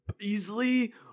easily